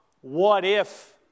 what-if